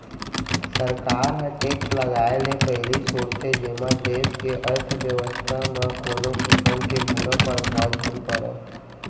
सरकार ह टेक्स लगाए ले पहिली सोचथे जेमा देस के अर्थबेवस्था म कोनो किसम के बुरा परभाव झन परय